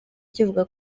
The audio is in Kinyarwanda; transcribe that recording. kivuga